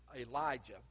Elijah